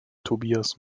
tobias